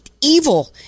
evil